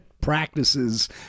practices